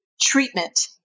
treatment